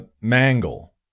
Mangle